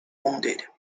wounded